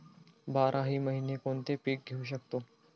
बाराही महिने कोणते पीक घेवू शकतो?